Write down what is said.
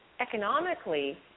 economically